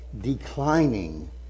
declining